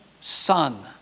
son